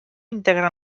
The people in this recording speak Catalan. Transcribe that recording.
integra